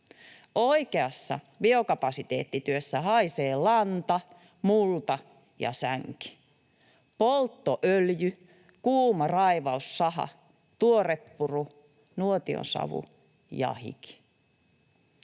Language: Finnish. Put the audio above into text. Oikeassa biokapasiteettityössä haisee lanta, multa ja sänki, polttoöljy, kuuma raivaussaha, tuore puru, nuotion savu ja hiki.